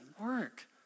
work